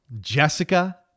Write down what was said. Jessica